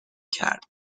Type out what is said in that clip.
کرد